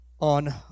On